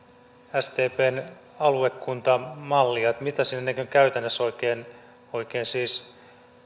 sdpn aluekuntamallia miettimään että miten se niin kuin käytännössä oikein siis